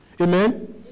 Amen